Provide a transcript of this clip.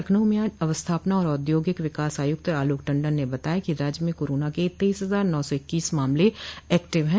लखनऊ में आज अवस्थापना और औद्योगिक विकास आयुक्त आलोक टण्डन ने बताया कि राज्य में कोरोना के तेईस हजार नौ सौ इक्कीस मामले एक्टिव हैं